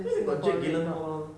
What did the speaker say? then they get jake gyllenhaal lor